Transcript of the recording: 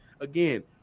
Again